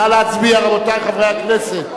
נא להצביע, רבותי חברי הכנסת.